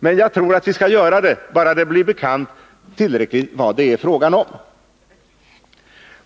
Men jag tror att det kommer att göra det, bara det blir tillräckligt bekant vad det är fråga om.